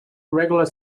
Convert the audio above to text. regular